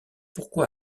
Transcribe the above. pourquoi